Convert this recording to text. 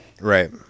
Right